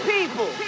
People